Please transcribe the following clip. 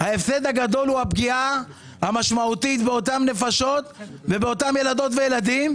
ההפסד הגדול הוא הפגיעה המשמעותית באותן נפשות ובאותם ילדות וילדים,